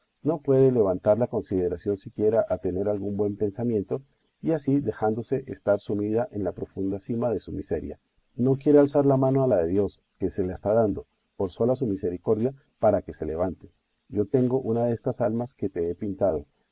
no puede levantar la consideración siquiera a tener algún buen pensamiento y así dejándose estar sumida en la profunda sima de su miseria no quiere alzar la mano a la de dios que se la está dando por sola su misericordia para que se levante yo tengo una destas almas que te he pintado